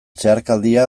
zeharkaldia